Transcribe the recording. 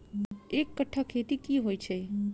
एक कट्ठा खेत की होइ छै?